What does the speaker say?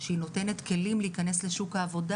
שהיא נותנת כלים להיכנס לשוק העבודה